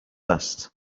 است